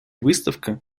выставка